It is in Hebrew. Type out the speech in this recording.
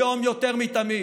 היום יותר מתמיד